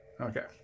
okay